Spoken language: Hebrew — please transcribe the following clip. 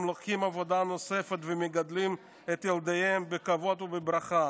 הם לוקחים עבודה נוספת ומגדלים את ילדיהם בכבוד ובברכה,